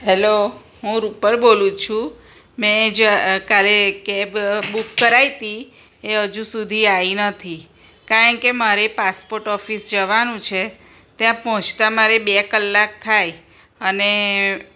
hello હું રૂપર બોલું છું મેં જ કાલે કેબ બુક કરાવી હતી એ હજુ સુધી આવી નથી કારણ કે મારે પાસપોર્ટ ઓફિસ જવાનું છે ત્યાં પહોંચતા મારે બે કલાક થાય અને